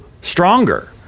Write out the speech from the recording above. stronger